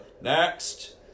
next